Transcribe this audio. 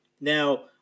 now